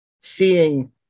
seeing